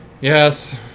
Yes